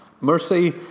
mercy